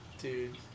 Dude